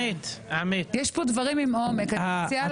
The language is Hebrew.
יש פה דברים עם עומק, אני מציעה להקשיב.